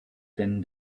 din